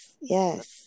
yes